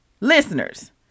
listeners